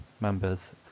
Members